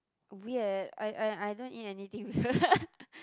weird I I I don't eat anything weird